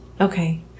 Okay